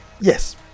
Yes